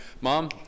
mom